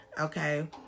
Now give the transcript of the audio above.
okay